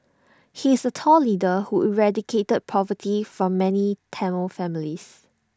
he is A tall leader who eradicated poverty from many Tamil families